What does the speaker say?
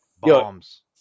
Bombs